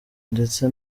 ndetse